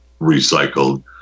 recycled